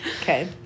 Okay